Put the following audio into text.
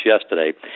yesterday